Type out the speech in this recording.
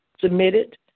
submitted